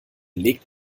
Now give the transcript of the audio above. legt